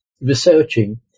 researching